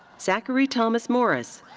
zachary thomas morris.